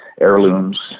heirlooms